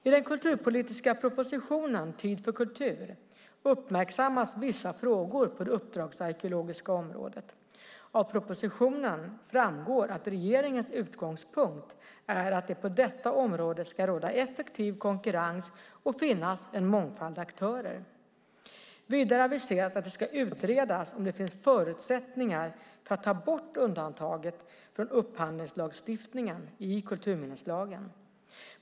I den kulturpolitiska propositionen Tid för kultur uppmärksammas vissa frågor på det uppdragsarkeologiska området . Av propositionen framgår att regeringens utgångspunkt är att det på detta område ska råda effektiv konkurrens och finnas en mångfald aktörer. Vidare aviseras att det ska utredas om det finns förutsättningar för att ta bort undantaget från upphandlingslagstiftningen i kulturminneslagen.